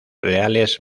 reales